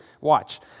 watch